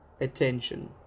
attention